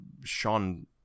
Sean